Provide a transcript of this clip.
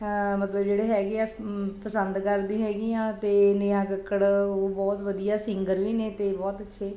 ਮਤਲਬ ਜਿਹੜੇ ਹੈਗੇ ਆ ਪਸੰਦ ਕਰਦੀ ਹੈਗੀ ਹਾਂ ਅਤੇ ਨੇਹਾ ਕੱਕੜ ਉਹ ਬਹੁਤ ਵਧੀਆ ਸਿੰਗਰ ਵੀ ਨੇ ਅਤੇ ਬਹੁਤ ਅੱਛੇ